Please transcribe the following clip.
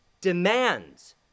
demands